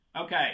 okay